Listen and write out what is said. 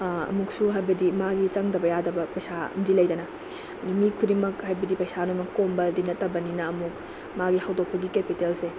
ꯑꯃꯨꯛꯁꯨ ꯍꯥꯏꯕꯗꯤ ꯃꯥꯒꯤ ꯆꯪꯗꯕ ꯌꯥꯗꯕ ꯄꯩꯁꯥ ꯑꯃꯗꯤ ꯂꯩꯗꯅ ꯃꯤ ꯈꯨꯗꯤꯡꯃꯛ ꯍꯥꯏꯕꯗꯤ ꯄꯩꯁꯥ ꯂꯣꯏꯃꯛ ꯀꯣꯝꯕꯗꯤ ꯅꯠꯇꯕꯅꯤꯅ ꯑꯃꯨꯛ ꯃꯥꯒꯤ ꯍꯧꯗꯣꯛꯄꯒꯤ ꯀꯦꯄꯤꯇꯦꯜꯁꯦ